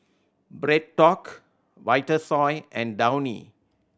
BreadTalk Vitasoy and Downy